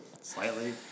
slightly